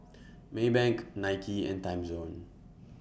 Maybank Nike and Timezone